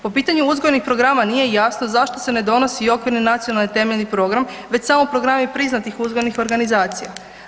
Po pitanju uzgojnih programa nije jasno zašto se ne donosi i okvirni Nacionalni temeljni program već samo programi priznatih uzgojnih organizacija.